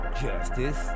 Justice